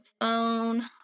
phone